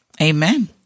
Amen